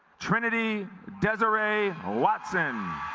trinity desiree watson